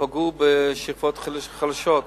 ופגעו בשכבות חלשות.